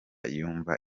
yumva